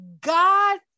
God